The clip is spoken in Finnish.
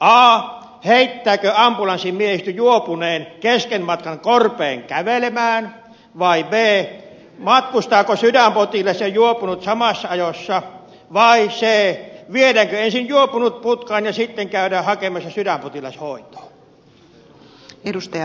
a heittääkö ambulanssin miehistö juopuneen kesken matkan korpeen kävelemään vai b matkustavatko sydänpotilas ja juopunut samassa ajossa vai c viedäänkö ensin juopunut putkaan ja sitten käydään hakemassa sydänpotilas hoitoon